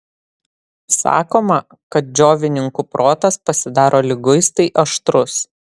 sakoma kad džiovininkų protas pasidaro liguistai aštrus